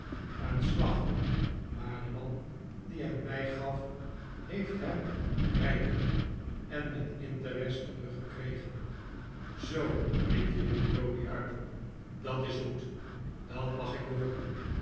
een slag maar de man die hem mij gaf heeft hem rijkelijk en met interest teruggekregen zoo riep de jonge browdie uit dat is goed dat mag ik hooren